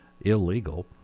illegal